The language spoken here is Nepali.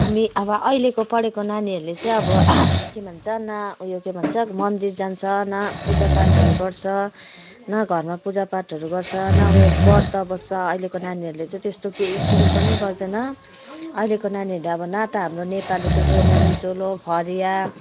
हामी अब अहिलेको पढेको नानीहरूले चाहिँ अब के भन्छ न उ यो के भन्छ न मन्दिर जान्छ न पुजापाठहरू गर्छ न घरमा पुजापाठहरू गर्छ न उ यो व्रत बस्छ अहिलेको नानीहरूले चाहिँ त्यस्तो केही कुरो पनि गर्दैन अहिलेको नानीहरूले अब न त हाम्रो नेपालीको चौबन्दी चोलो फरिया